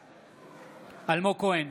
בעד אלמוג כהן,